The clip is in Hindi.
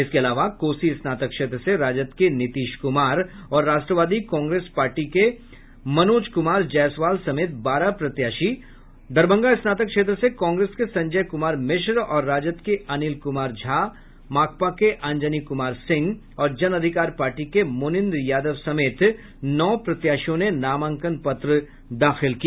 इसके अलावा कोसी स्नातक क्षेत्र से राजद के नीतीश कुमार और राष्ट्रवादी कांग्रेस पार्टी के मनोज कुमार जयसवाल समेत बारह प्रत्याशी और दरभंगा स्नातक क्षेत्र से कांग्रेस के संजय कुमार मिश्र और राजद के अनिल कुमार झा माकपा के अंजनी कुमार सिंह और जन अधिकार पार्टी के मुनींद्र यादव समेत नौ प्रत्याशियों ने नामांकन पत्र दाखिल किया